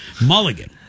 mulligan